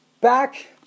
back